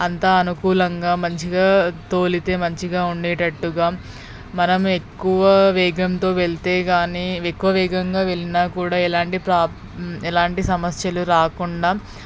అంతా అనుకూలంగా మంచిగా తోలితే మంచిగా ఉండేటట్టుగా మనమే ఎక్కువ వేగంతో వెళ్తే కాని ఎక్కువ వేగంగా వెళ్ళినా కూడా ఎలాంటి ప్రాబ్ ఎలాంటి సమస్యలు రాకుండా